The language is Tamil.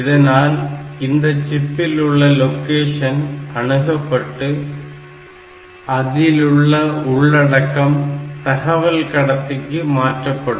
இதனால் இந்த சிப்பில் உள்ள லொகேஷன் அணுகப்பப்பட்டு அதிலுள்ள உள்ளடக்கம் தகவல் கடத்திக்கு மாற்றப்படும்